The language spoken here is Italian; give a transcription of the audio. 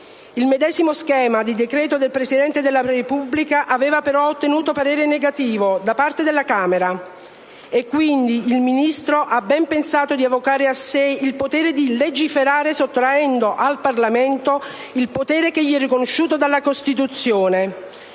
Il medesimo schema di decreto del Presidente della Repubblica aveva però ottenuto parere negativo da parte della Camera, e quindi il Ministro ha ben pensato di avocare a sé il potere di legiferare, sottraendo al Parlamento il potere che gli è riconosciuto dalla Costituzione.